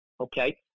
Okay